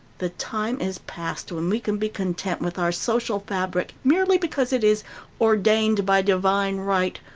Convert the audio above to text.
the time is past when we can be content with our social fabric merely because it is ordained by divine right,